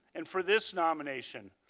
and for this nomination,